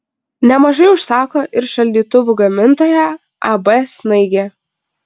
nemažai užsako ir šaldytuvų gamintoja ab snaigė